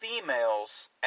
females